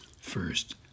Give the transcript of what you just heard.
First